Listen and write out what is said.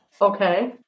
Okay